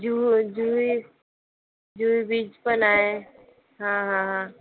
Juhu Juhu Juhu beach पण आहे हा हा हा